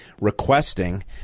requesting